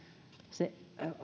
se